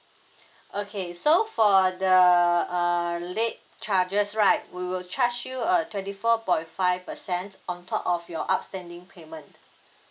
okay so for the err late charges right we will charge you uh twenty four point five percent on top of your outstanding payment